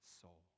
soul